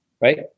Right